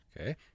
Okay